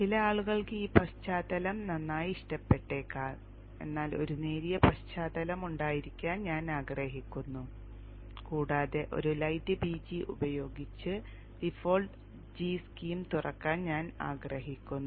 ചില ആളുകൾക്ക് ഈ പശ്ചാത്തലം നന്നായി ഇഷ്ടപ്പെട്ടേക്കാം എന്നാൽ ഒരു നേരിയ പശ്ചാത്തലം ഉണ്ടായിരിക്കാൻ ഞാൻ ആഗ്രഹിക്കുന്നു കൂടാതെ ഒരു ലൈറ്റ് bg ഉപയോഗിച്ച് ഡിഫോൾട്ട് g സ്കീം തുറക്കാൻ ഞാൻ ആഗ്രഹിക്കുന്നു